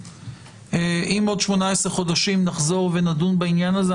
אם עוד 18 חודשים נחזור ונדון בעניין הזה,